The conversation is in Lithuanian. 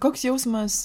koks jausmas